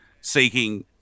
seeking